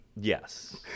Yes